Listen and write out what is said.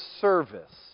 service